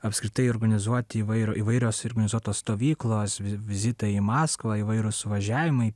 apskritai organizuoti įvairų įvairios organizuotos stovyklos vi vizitai į maskvą įvairūs suvažiavimai